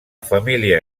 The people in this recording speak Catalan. família